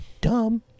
dumb